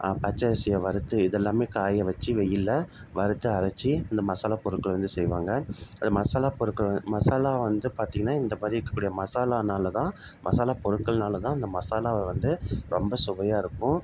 பச்சரிசியை வறுத்து இதெல்லாமே காய வச்சு வெயிலில் வறுத்து அரைச்சி இந்த மசாலா பொருட்கள் வந்து செய்வாங்க அது மசாலா பொருட்கள் மசாலா வந்து பார்த்திங்கன்னா இந்த மாதிரி இருக்கக்கூடிய மசாலானால் தான் மசாலா பொருட்கள்னால் தான் இந்த மசாலாவை வந்து ரொம்ப சுவையாக இருக்கும்